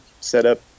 setup